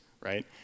right